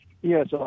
Yes